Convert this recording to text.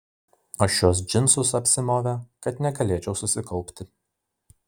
o šiuos džinsus apsimovė kad negalėčiau susikaupti